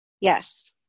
Yes